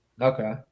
Okay